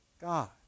God